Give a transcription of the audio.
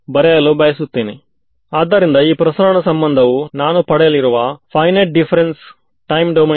so ನಿಮಗೆ ಗೊತ್ತಿರುವಂತೆ ಎಲ್ಲಾ ಕಡೆ ತ್ರಿಭುಜ ಗಳಿವೆ